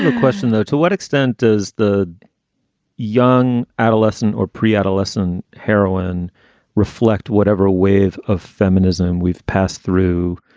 and question, though to what extent does the young adolescent or preadolescent heroine reflect whatever wave of feminism we've passed through